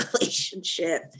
relationship